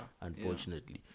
unfortunately